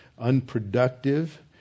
unproductive